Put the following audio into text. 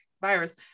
virus